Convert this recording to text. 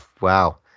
Wow